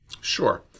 Sure